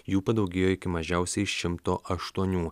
jų padaugėjo iki mažiausiai šimto aštuonių